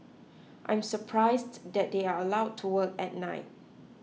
I'm surprised that they are allowed to work at night